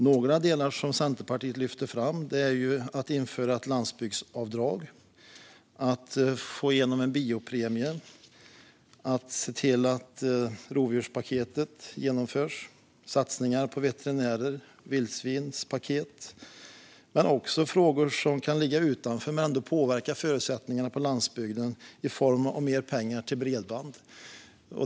Några delar som Centerpartiet lyfter fram är att införa ett landsbygdsavdrag, att få igenom en biopremie, att se till att rovdjurspaketet genomförs, satsningar på veterinärer och ett vildsvinspaket. Men det handlar också om frågor som kan ligga utanför men som ändå påverkar förutsättningarna på landsbygden, som mer pengar till bredband.